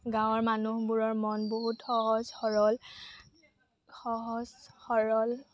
গাঁৱৰ মানুহবোৰৰ মন বহুত সহজ সৰল সহজ সৰল